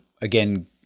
again